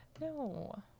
no